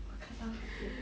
我看到他变